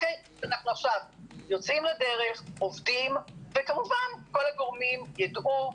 אנחנו יוצאים לדרך, עובדים וכל הגורמים ידעו.